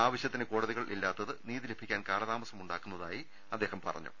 ആവശ്യത്തിന് കോടതികൾ ഇല്ലാ ത്തത് നീതി ലഭിക്കാൻ കാലതാമസം ഉണ്ടാക്കുന്നതായി അദ്ദേഹം പറഞ്ഞു